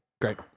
great